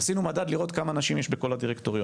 עשינו מדד כדי לראות כמה נשים יש בכל הדירקטוריונים.